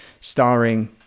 starring